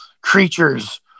creatures